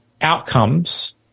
outcomes